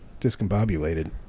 discombobulated